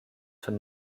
von